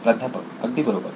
प्राध्यापक अगदी बरोबर